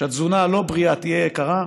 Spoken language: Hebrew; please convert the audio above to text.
שהתזונה הלא-בריאה תהיה יקרה,